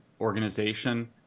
organization